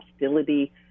hostility